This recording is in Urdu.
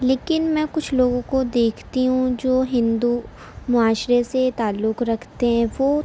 لیکن میں کچھ لوگوں کو دیکھتی ہوں جو ہندو معاشرے سے تعلق رکھتے ہیں وہ